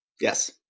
Yes